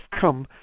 come